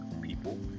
people